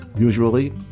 Usually